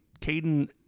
Caden